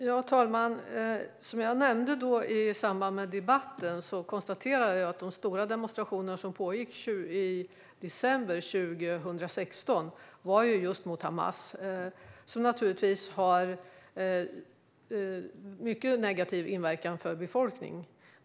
Fru talman! Som jag nämnde i samband med debatten konstaterar jag att de stora demonstrationer som pågick i december 2016 var just mot Hamas, som har en mycket negativ inverkan för befolkningen.